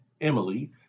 Emily